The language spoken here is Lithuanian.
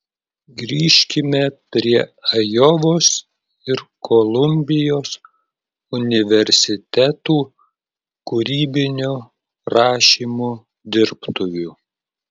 grįžkime prie ajovos ir kolumbijos universitetų kūrybinio rašymo dirbtuvių